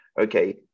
okay